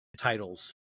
titles